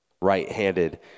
right-handed